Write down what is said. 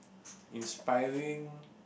inspiring